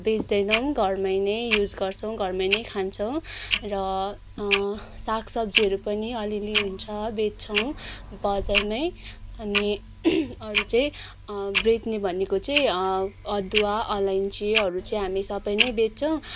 बेच्दैनौँ घरमै नै युज गर्छौँ घरमै नै खान्छौँ र साग सब्जीहरू पनि अलिअलि हुन्छ बेच्छौँ बजारमै अनि अरू चाहिँ बेच्ने भनेको चाहिँ अदुवा अलैँचीहरू चाहिँ हामी सबै नै बेच्छौँ